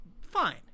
fine